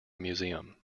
museum